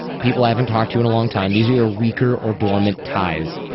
people i haven't talked to in a long time. these are your weaker or dormant ties.